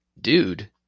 dude